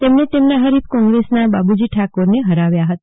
તેમને તેમના હરીફ કોંગ્રેસના બાબુજી ઠાકોર ને હરાવ્યા હતા